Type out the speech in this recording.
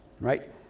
right